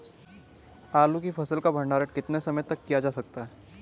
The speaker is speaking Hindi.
आलू की फसल का भंडारण कितने समय तक किया जा सकता है?